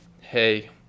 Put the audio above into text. hey